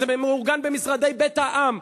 זה מאורגן במשרדי "בית העם".